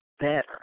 better